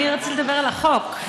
אני רציתי לדבר על החוק.